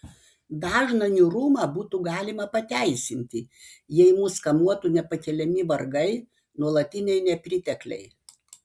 dažną niūrumą būtų galima pateisinti jei mus kamuotų nepakeliami vargai nuolatiniai nepritekliai